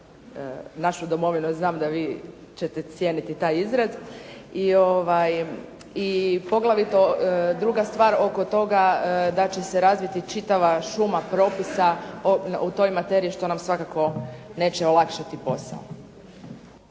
našu domovinu, jer znam da ćete vi cijeniti taj izraz. I poglavito druga stvar oko toga da će se razviti čitava šuma propisa o toj materiji što nam svakako neće olakšati posao.